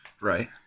Right